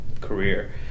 career